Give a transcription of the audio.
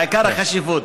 העיקר החשיבות.